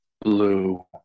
Blue